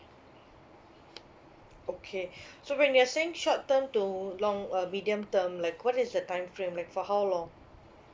okay so when you are saying short term to long uh medium term like what is the time frame like for how long